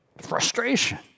frustration